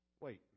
Wait